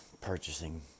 purchasing